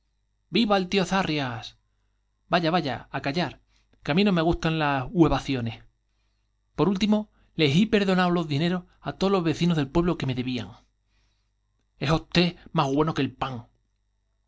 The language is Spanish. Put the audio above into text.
viva el tío zarrias vaya vaya á callar que á mí no me gustan las huevaciones por óltimo les hi perdonao lo s dineros á todos los vecinos del pueblo que me debían es osté más güeno que el pan